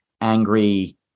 angry